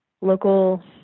local